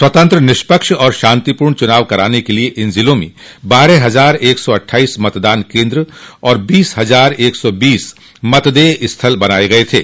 स्वतंत्र निष्पक्ष एवं शांतिपूर्ण चुनाव कराने के लिये इन जिलों में बारह हजार एक सौ अट्ठाईस मतदान केन्द्र और बीस हजार एक सौ बीस मतदेय स्थल बनाये गये